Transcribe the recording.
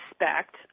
respect